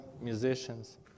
musicians